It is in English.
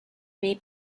may